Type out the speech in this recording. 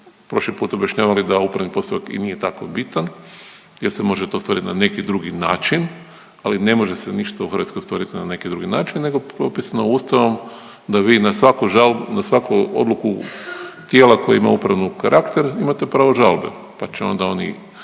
prošli put objašnjavali da upravni postupak i nije tako bitan gdje se može to ostvari na neki drugi način, ali ne može se ništa u Hrvatskoj ostvariti na neki drugi način nego propisano Ustavom da vi na svaku žalbu, na svaku odluku tijela koje ima upravnu karakter imate pravo žalbe pa će onda oni